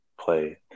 play